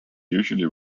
usually